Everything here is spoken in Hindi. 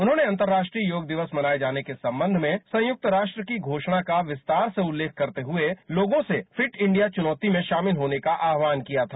उन्होंने अंतर्ताष्ट्रीय योग दिक्स मनाए जाने के संबंध में संयुक्त राष्ट्र की घोषणा का विस्तार से उल्लेख करते हुए लोगों से फिट इंडिया चुनौती में शामिल होने का आहवान किया था